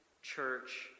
Church